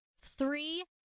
three